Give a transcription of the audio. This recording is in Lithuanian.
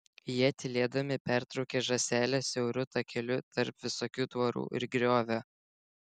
jie tylėdami patraukė žąsele siauru takeliu tarp visokių tvorų ir griovio